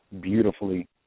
beautifully